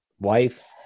wife